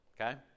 Okay